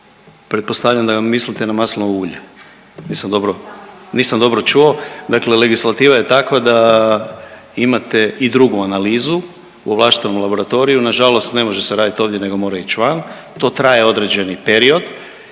pretpostavljam da mislite na maslinovo ulje, jesam dobro, nisam dobro čuo, dakle legislativa je takva da imate i drugu analizu, u ovlaštenom laboratoriju, nažalost ne može se raditi ovdje nego mora ići van, to traje određeni period